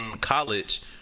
college